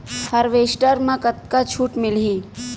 Harvester म कतका छूट मिलही?